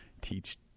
teach